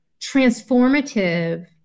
transformative